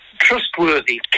trustworthy